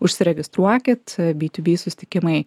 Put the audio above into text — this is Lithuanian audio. užsiregistruokit by tiu by susitikimai